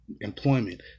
employment